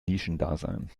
nischendasein